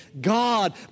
God